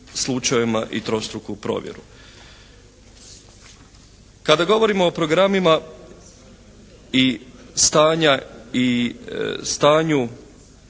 slučajevima i trostruku provjeru. Kada govorimo o programima i stanja i stanju